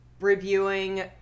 reviewing